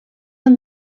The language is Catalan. han